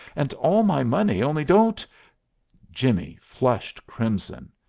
and all my money only don't jimmie flushed crimson.